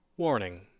Warning